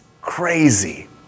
crazy